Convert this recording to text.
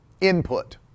input